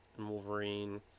wolverine